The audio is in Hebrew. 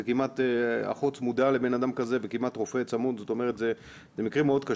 זה כמעט אחות צמודה לבן אדם כזה וכמעט רופא צמוד,